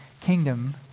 kingdom